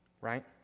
right